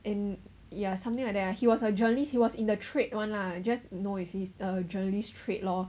in ya something like that ya he was a journalist he was in the trade one lah just know as he is a journalist trade lor